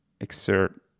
exert